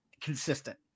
consistent